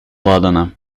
ладена